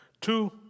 two